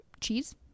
cheese